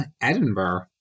Edinburgh